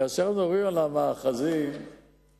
כאשר אנחנו מדברים על המאחזים הבלתי-מורשים,